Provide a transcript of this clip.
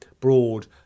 broad